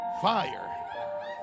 fire